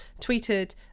tweeted